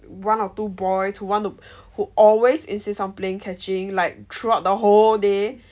one or two boys who want to who always insist on playing catching like throughout the whole day